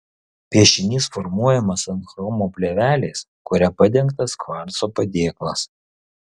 piešinys formuojamas ant chromo plėvelės kuria padengtas kvarco padėklas